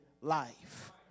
life